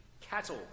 cattle